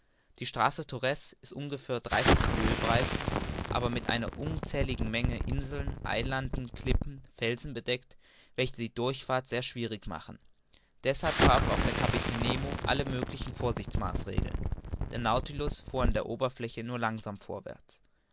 die straße torres ist ungefähr dreißig lieues breit aber mit einer unzähligen menge inseln eilanden klippen felsen bedeckt welche die durchfahrt sehr schwierig machen deshalb traf auch der kapitän nemo alle möglichen vorsichtsmaßregeln der nautilus fuhr an der oberfläche nur langsam vorwärts